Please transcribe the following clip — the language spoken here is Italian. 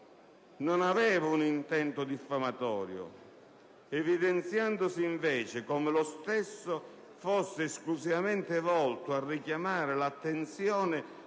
avesse un intento diffamatorio, evidenziando invece come lo stesso fosse esclusivamente volto a richiamare l'attenzione